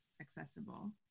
accessible